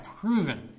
proven